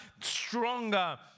stronger